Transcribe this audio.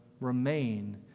remain